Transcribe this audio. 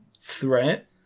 threat